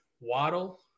Waddle